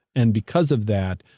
and because of that,